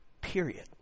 period